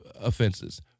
offenses